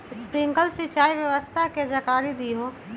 Sprinkler सिंचाई व्यवस्था के जाकारी दिऔ?